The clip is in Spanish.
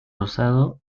rosado